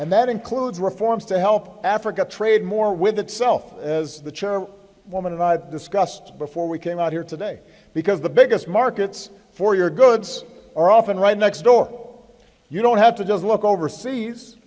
and that includes reforms to help africa trade more with itself as the chair woman and i've discussed before we came out here today because the biggest markets for your goods are often right next door you don't have to just look overseas